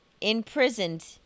imprisoned